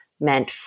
meant